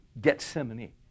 Gethsemane